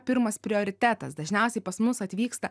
pirmas prioritetas dažniausiai pas mus atvyksta